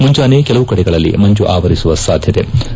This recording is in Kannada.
ಮುಂಜಾನೆ ಕೆಲವು ಕಡೆಗಳಲ್ಲಿ ಮಂಜು ಆವರಿಸುವ ಸಾಧ್ಯತೆಯಿದೆ